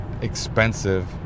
expensive